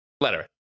Letter